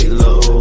low